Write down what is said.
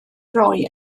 roi